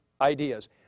ideas